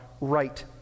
right